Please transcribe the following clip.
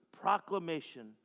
proclamation